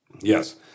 Yes